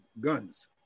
guns